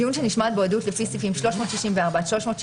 דיון שנשמעת בו עדות לפי סעיפים 364 עד 371,